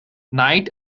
night